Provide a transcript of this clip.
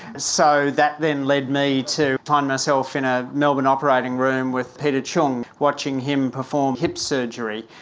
so that then led me to find myself in a melbourne operating room with peter choong, watching him perform hip surgery.